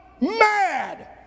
mad